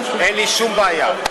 אין לי שום בעיה.